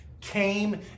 came